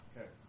Okay